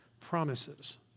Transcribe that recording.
promises